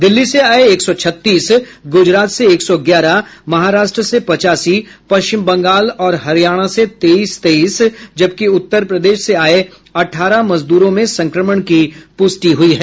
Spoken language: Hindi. दिल्ली से आये एक सौ छत्तीस गुजरात से एक सौ ग्यारह महाराष्ट्र से पचासी पश्चिम बंगाल और हरियाणा से तेईस तेईस जबकि उत्तर प्रदेश से आये अठारह मजदूरों में संक्रमण की पुष्टि हुई है